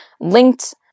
linked